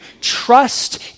Trust